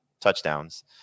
touchdowns